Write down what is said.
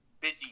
busy